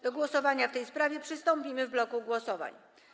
Do głosowania w tej sprawie przystąpimy w bloku głosowań.